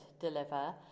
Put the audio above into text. deliver